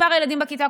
מספר הילדים בכיתה,